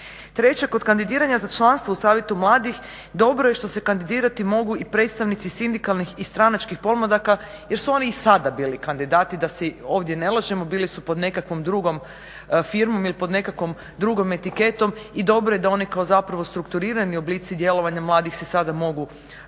Treće, kod kandidiranja za članstvo u savjetu mladih dobro je što se kandidirati mogu i predstavnici sindikalnih i stranačkih pomladaka jer su oni i sada bili kandidati da se ovdje ne lažemo, bili su pod nekakvom drugom firmom ili pod nekakvom drugom etiketom i dobro je da oni kao zapravo strukturirani oblici djelovanja mladih se sada mogu i